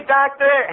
doctor